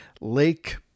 lake